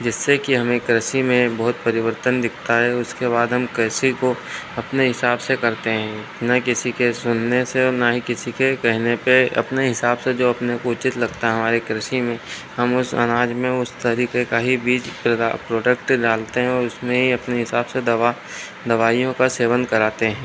जिससे कि हमें कृषि में बहुत परिवर्तन दिखता है उसके बाद हम कृषि को अपने हिसाब से करते हैं न किसी के सुनने से और ना ही किसी के कहने पर अपने हिसाब से जो अपने को उचित लगता हमारे कृषि में हम उस अनाज में उस तरीके का ही बीज तथा प्रोडक्ट डालते है और उसमें ही अपने हिसाब से दवा दवाईयों का सेवन कराते हैं